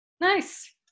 Nice